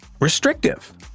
restrictive